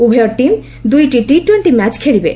ଉଭୟ ଟିମ୍ ଦୂଇଟି ଟି ଟୋକ୍କି ମ୍ୟାଚ୍ ଖେଳିବେ